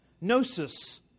Gnosis